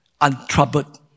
untroubled